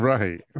Right